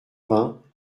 vingts